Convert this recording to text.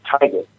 Tiger